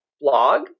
blog